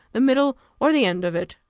the middle, or the end of it.